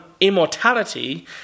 immortality